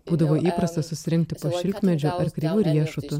būdavo įprasta susirinkti po šilkmedžiu ar kreivu riešutu